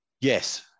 Yes